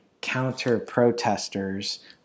counter-protesters